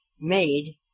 made